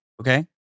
Okay